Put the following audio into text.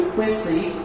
Quincy